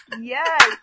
Yes